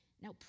Now